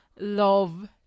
love